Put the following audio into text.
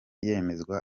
yemezwa